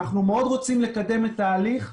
אנחנו מאוד רוצים לקדם את ההליך.